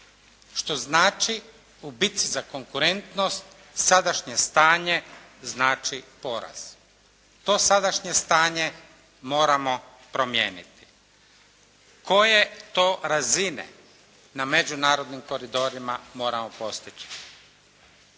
što znači u bici za konkurentnost sadašnje stanje znači poraz. To sadašnje stanje moramo promijeniti. Koje to razine na međunarodnim koridorima moramo postići?